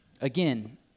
Again